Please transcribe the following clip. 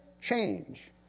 change